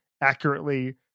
accurately